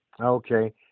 Okay